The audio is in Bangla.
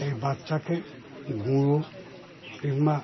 এই বাচ্চাকে গুঁড়ো কিংবা